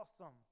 awesome